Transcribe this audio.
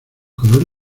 color